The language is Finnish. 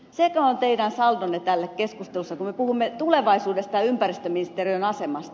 sekö on teidän saldonne tässä keskustelussa kun me puhumme tulevaisuudesta ja ympäristöministeriön asemasta